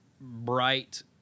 bright